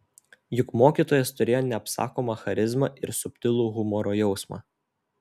juk mokytojas turėjo neapsakomą charizmą ir subtilų humoro jausmą